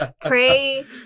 Pray